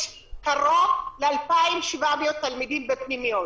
יש קרוב ל-2,700 תלמידים בפנימיות.